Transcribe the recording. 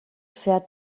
fährt